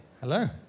Hello